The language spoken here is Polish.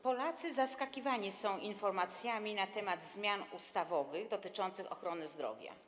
Polacy zaskakiwani są informacjami na temat zmian ustawowych dotyczących ochrony zdrowia.